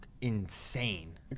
insane